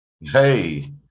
Hey